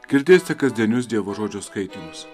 girdėsite kasdienius dievo žodžio skaitymus